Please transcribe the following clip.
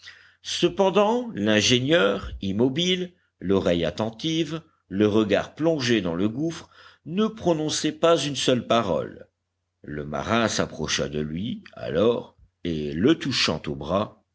cependant l'ingénieur immobile l'oreille attentive le regard plongé dans le gouffre ne prononçait pas une seule parole le marin s'approcha de lui alors et le touchant au bras